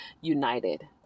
united